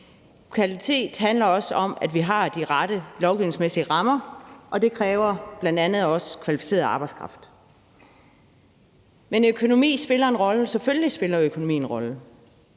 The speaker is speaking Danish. Kvalitet handler også om, at vi har de rette lovgivningsmæssige rammer, og det kræver bl.a. også kvalificeret arbejdskraft. Men økonomi spiller selvfølgelig en rolle,